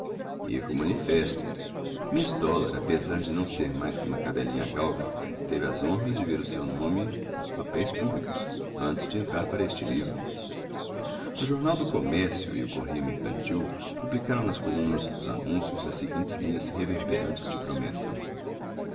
romance erro manifesto miss dollar apesar de não ser mais que uma cadelinha galga teve as honras de ver o seu nome nos papéis públicos antes de entrar para este livro o jornal do comércio e o correio mercantil publicaram nas colunas dos anúncios as seguintes linhas reverberantes de promessa